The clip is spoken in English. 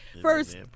first